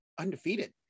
undefeated